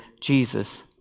Jesus